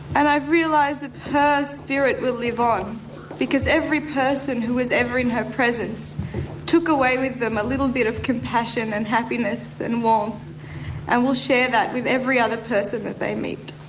and i've realised that her spirit will live on because every person who was ever in her presence took away with them a little bit of compassion, and happiness and warmth and will share that with every other person that they meet.